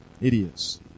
Idiots